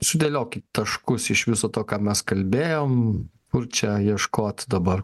sudėliokit taškus iš viso to ką mes kalbėjom kur čia ieškot dabar